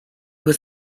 was